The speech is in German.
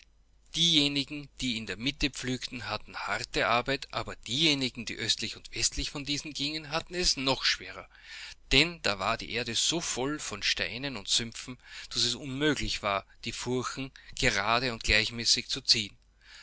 diejenigen die in der mitte pflügten hatten harte arbeit aber diejenigen die östlich und westlich von diesen gingen hatten es noch schwerer denn da war die erde so voll von steinen und sümpfen daß es unmöglich war die furchen gerade und gleichmäßig zu ziehen